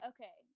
Okay